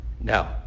Now